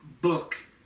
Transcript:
book